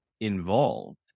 involved